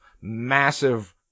massive